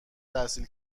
تحصیل